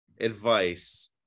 advice